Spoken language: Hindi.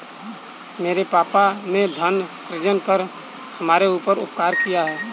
मेरे पापा ने धन सृजन कर हमारे ऊपर उपकार किया है